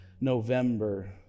November